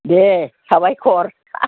दे साबायखर